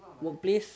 work place